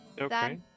Okay